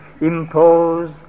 impose